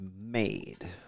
made